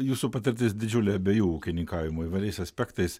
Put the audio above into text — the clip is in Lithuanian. jūsų patirtis didžiulė abiejų ūkininkavimo įvairiais aspektais